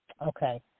Okay